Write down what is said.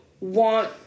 want